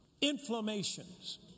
inflammations